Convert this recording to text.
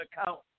account